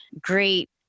great